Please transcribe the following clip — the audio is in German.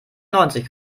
neunzig